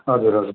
हजुर हजुर